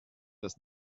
das